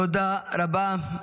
תודה רבה.